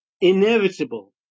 inevitable